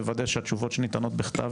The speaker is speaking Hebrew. לוודא שהתשובות שניתנות בכתב,